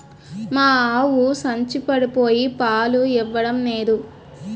మా ఆవు సంచపడిపోయి పాలు ఇవ్వడం నేదు